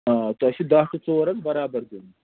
آ تۄہہِ چھُو دَہ ٹُہ ژور حظ برابر دیُن